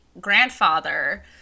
grandfather